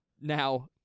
Now